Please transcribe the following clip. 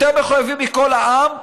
יותר מחויבים מכל העם זה,